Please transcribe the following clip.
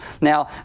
Now